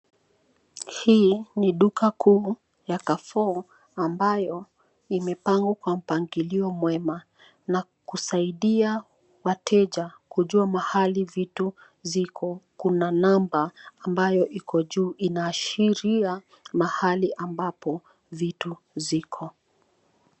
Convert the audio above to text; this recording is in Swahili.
Hii ni duka kuu ya Carrefour ambayo imepangwa kwa mpangilio mwema, na kusaidia wateja kujua mahali vitu ziko. Kuna namba ambayo iko juu, inaashiria mahali ambapo vitu ziko.